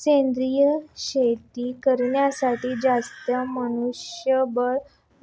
सेंद्रिय शेती करण्यासाठी जास्त मनुष्यबळ